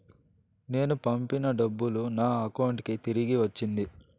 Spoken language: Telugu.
నేను పంపిన డబ్బులు నా అకౌంటు కి తిరిగి వచ్చింది